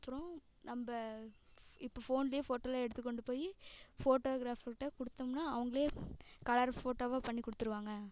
அப்புறம் நம்ம இப்போ ஃபோன்லேயே ஃபோட்டோலாம் எடுத்துக்கொண்டு போய் ஃபோட்டோகிராஃபர்கிட்ட கொடுத்தோம்னா அவங்களே கலர் ஃபோட்டோ பண்ணி கொடுத்துருவாங்க